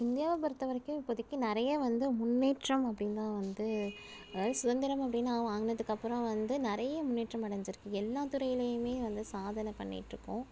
இந்தியாவை பொறுத்தவரைக்கும் இப்போதைக்கு நிறையா வந்து முன்னேற்றம் அப்படின்தான் வந்து அதாவது சுதந்திரம் அப்படினா வாங்கினதுக்கு அப்புறம் வந்து நிறைய முன்னேற்றம் அடைஞ்சிருக்கு எல்லா துறையிலையுமே வந்து சாதன பண்ணிட்டிருக்கோம்